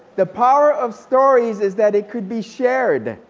the power of stories is that it could be shared.